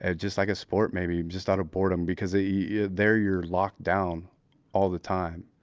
ah just like a sport, maybe. just out of boredom because ah yeah there you're locked down all the time,